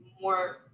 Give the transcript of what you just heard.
more